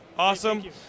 Awesome